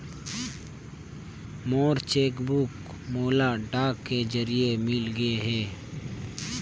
मोर cheque book मोला डाक के जरिए मिलगे हे